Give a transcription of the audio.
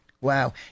Wow